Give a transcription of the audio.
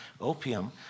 opium